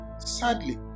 Sadly